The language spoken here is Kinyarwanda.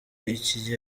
iki